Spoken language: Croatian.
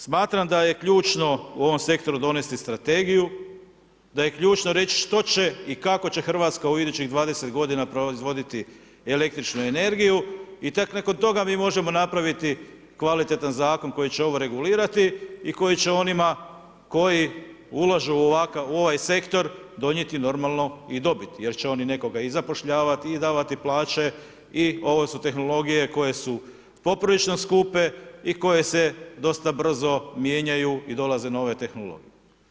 Smatram da je ključno u ovom sektoru donijeti strategiju, da je ključno reći što će i kako će RH u idućih 20 godina proizvoditi električnu energiju i tek nakon toga mi možemo napraviti kvalitetan zakon koji će ovo regulirati i koji će onima koji ulažu u ovakav, u ovaj sektor donijeti normalno i dobit jer će oni nekoga i zapošljavati i davati plaće i ovo su tehnologije koje su poprilično skupe i koje se dosta brzo mijenjaju i dolaze nove tehnologije.